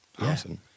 Awesome